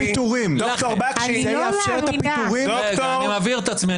אני מבהיר את עצמי,